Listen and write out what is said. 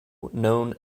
known